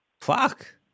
Fuck